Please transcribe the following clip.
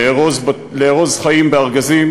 לארוז חיים בארגזים,